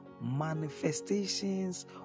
manifestations